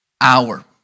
hour